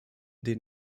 den